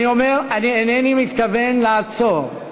אני אומר, אני אינני מתכוון לעצור.